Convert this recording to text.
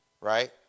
right